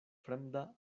fremda